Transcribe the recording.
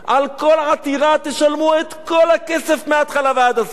על כל עתירה תשלמו את כל הכסף, מההתחלה ועד הסוף,